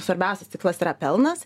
svarbiausias tikslas yra pelnas